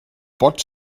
pot